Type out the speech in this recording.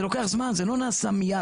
זה לוקח המן, זה לא נעשה מיד.